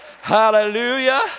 Hallelujah